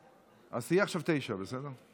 אז תהיי עכשיו 9, בסדר?